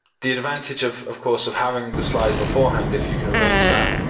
the advantage, of of course, of having the slides beforehand, if you can arrange that,